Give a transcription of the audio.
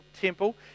temple